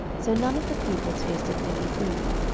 so none of the people tasted any food.